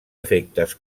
efectes